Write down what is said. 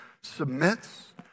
submits